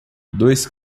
dois